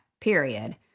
period